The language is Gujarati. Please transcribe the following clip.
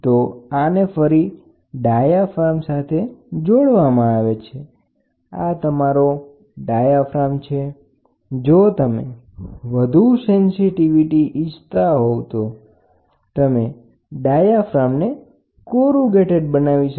તો આને ફરી ડાયાફાર્મ સાથે જોડવામાં આવે છે આ તમારો ડાયાફ્રામ છે જો તમે વધુ સેન્સિટિવિટી ઇચ્છતા હોવ તો તમે ડાયાફ્રામ ને કોરુગેટેડ બનાવી શકો